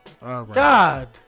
God